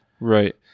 Right